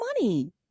money